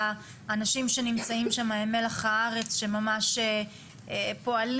האנשים שנמצאים שם הם מלח הארץ שממש פועלים